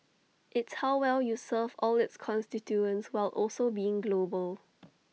it's how well you serve all its constituents while also being global